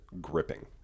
gripping